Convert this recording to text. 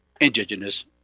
indigenous